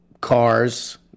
cars